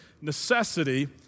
necessity